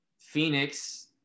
Phoenix